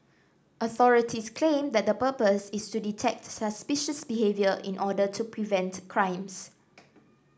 authorities claim that the purpose is to detect suspicious behaviour in order to prevent crimes